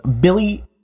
Billy